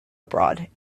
abroad